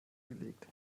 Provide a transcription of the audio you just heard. gelegt